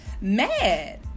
mad